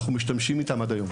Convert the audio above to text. משתמשים איתם עד היום.